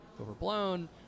overblown